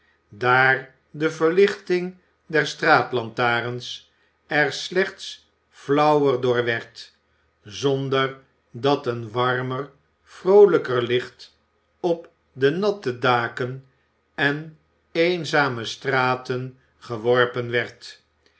daar de verlichting der straatlantarens er slechts flauwer door werd zonder dat een warmer vroolijker licht op de natte daken en eenzame straten geworpen werd